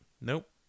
nope